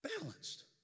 balanced